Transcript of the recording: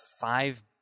five